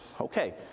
okay